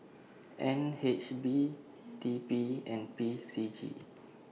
N H B T P and P C G